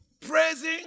praising